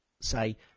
say